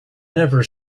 never